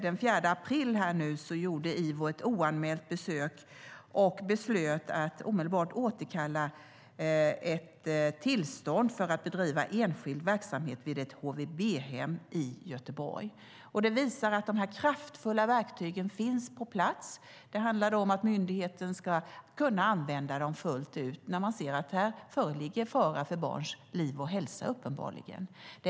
Den 4 april i år gjorde Ivo ett oanmält besök och beslöt att omedelbart återkalla ett tillstånd för att bedriva enskild verksamhet vid ett HVB-hem i Göteborg. Det visar att de kraftfulla verktygen finns på plats. Det handlar nu om att myndigheten ska kunna använda dem fullt ut när man ser att det uppenbarligen föreligger fara för barns liv och hälsa. Det är det ena.